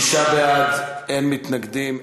אין לנו תשובת שר.